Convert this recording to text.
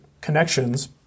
connections